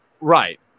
Right